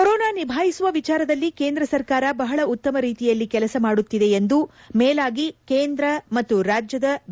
corona ನಿಭಾಯಿಸುವ ವಿಚಾರದಲ್ಲಿ ಕೇಂದ್ರ ಸರ್ಕಾರ ಬಹಳ ಉತ್ತಮ ರೀತಿಯಲ್ಲಿ ಕೆಲಸ ಮಾಡುತ್ತಿದೆ ಎಂದು ಮೇಲಾಗಿ ಕೇಂದ್ರ ಮತ್ತು ರಾಜ್ಯದ ಬಿ